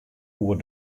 oer